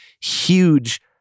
huge